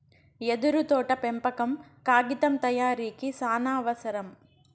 యెదురు తోటల పెంపకం కాగితం తయారీకి సానావసరం